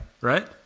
right